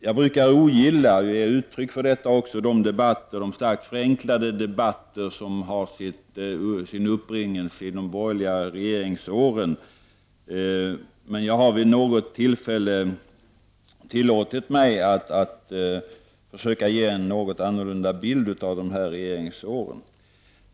Jag brukar ogilla — och jag har gett uttryck för detta — de starkt förenklade debatter som har sin upprinnelse i de borgerliga regeringsåren, men jag har vid något tillfälle tillåtit mig att försöka ge en annorlunda bild av dessa regeringsår.